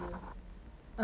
orh september